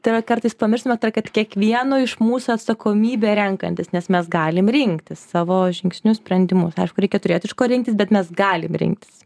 tai yra kartais pamirštame kad kiekvieno iš mūsų atsakomybė renkantis nes mes galim rinktis savo žingsnius sprendimus aišku reikia turėti iš ko rinktis bet mes galim rinktis